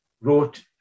wrote